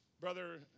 Brother